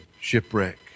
shipwreck